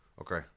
Okay